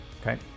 Okay